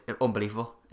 unbelievable